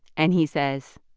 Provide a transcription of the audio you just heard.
and he says,